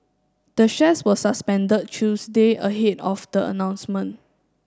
the shares were suspended Tuesday ahead of the announcement